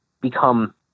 become